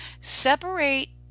separate